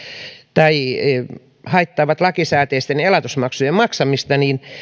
tai haittaavat lakisääteisten elatusmaksujen maksamista niin